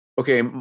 Okay